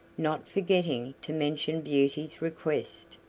not forgetting to mention beauty's request.